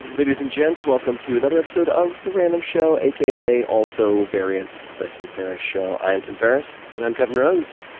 ladies and gents, welcome to another episode of the random show, aka also variant the tim ferriss show. i am tim ferriss. and i'm kevin rose.